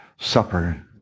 supper